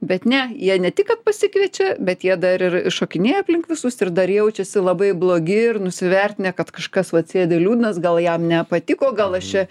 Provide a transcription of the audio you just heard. bet ne jie ne tik kad pasikviečia bet jie dar ir šokinėja aplink visus ir dar jaučiasi labai blogi ir nusivertinę kad kažkas vat sėdi liūdnas gal jam nepatiko gal aš čia